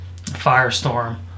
Firestorm